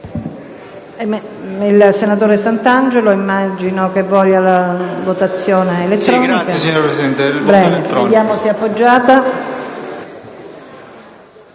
Grazie,